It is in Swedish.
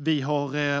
Utskottet